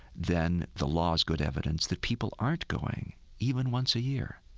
then the law is good evidence that people aren't going even once a year,